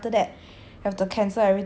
the plane ticket also book but